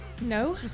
No